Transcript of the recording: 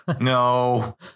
No